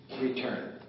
Return